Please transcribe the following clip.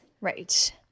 Right